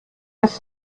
das